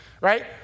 Right